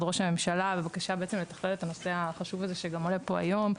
ראש הממשלה בבקשה בעצם לתכלל את הנושא החשוב הזה שגם עולה פה היום.